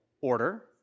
order